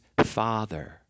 father